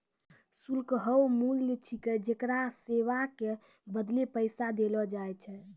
शुल्क हौअ मूल्य छिकै जेकरा सेवा के बदले पैसा देलो जाय छै